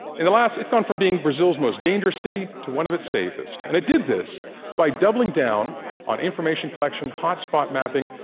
and it's gone from being brazil's most dangerous city to one of its safest, and it did this by doubling down on information collection, hot spot mapping,